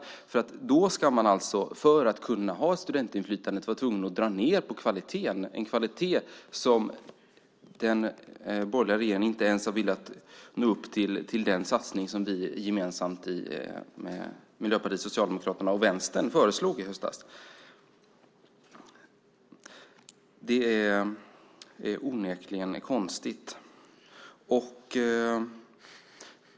Då ska man alltså, för att kunna ha studentinflytande, vara tvungen att dra ned på kvaliteten, en kvalitet beträffande vilken den borgerliga regeringen inte ens har velat nå upp till den satsning som vi gemensamt från Miljöpartiet, Socialdemokraterna och Vänstern föreslog i höstas. Det är onekligen konstigt.